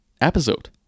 episode